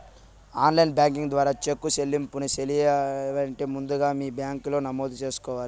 online banking ద్వారా cheque సెల్లింపుని నిలిపెయ్యాలంటే ముందుగా మీ బ్యాంకిలో నమోదు చేసుకోవల్ల